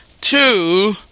two